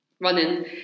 running